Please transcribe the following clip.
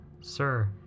Sir